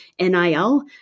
NIL